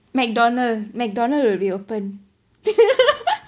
mcdonald mcdonald will be open